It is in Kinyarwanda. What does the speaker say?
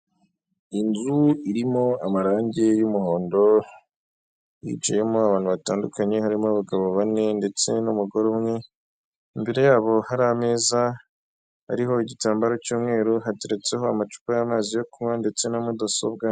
Inzu irimo amarange y'umuhondo, yicayemo abantu batandukanye harimo abagabo bane ndetse n'umugore umwe. Imbere yabo hari ameza ariho igitambaro cy'umweru, hageretseho amacupa y'amazi yo kunywa ndetse na mudasobwa.